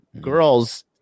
girls